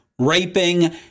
Raping